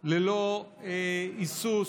ללא היסוס